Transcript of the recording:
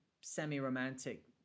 semi-romantic